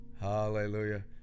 Hallelujah